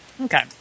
Okay